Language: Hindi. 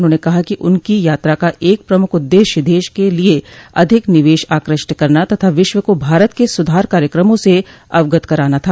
उन्होंने कहा कि उनकी यात्रा का एक प्रमुख उद्देश्य देश के लिए अधिक निवेश आकृष्ट करना तथा विश्व को भारत के सुधार कार्यक्रमों से अवगत कराना था